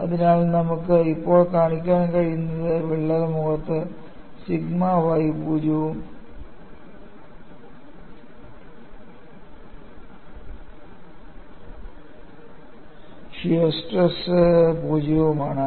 അതിനാൽ നമുക്ക് ഇപ്പോൾ കാണിക്കാൻ കഴിയുന്നത് വിള്ളൽ മുഖത്ത് സിഗ്മ y 0 ഉം ഷിയർ സ്ട്രെസ് 0 ഉം ആണ്